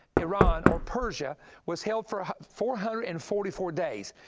iran or persia was held for four hundred and forty four days.